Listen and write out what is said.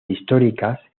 históricas